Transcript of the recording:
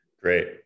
Great